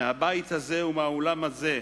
מהבית הזה ומהאולם הזה,